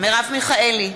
מרב מיכאלי,